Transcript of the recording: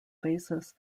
basis